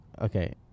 okay